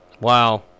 Wow